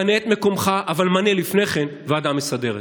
פנה את מקומך, אבל מנה לפני כן ועדה מסדרת.